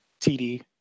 TD